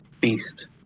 beast